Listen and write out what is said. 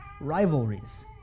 rivalries